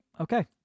okay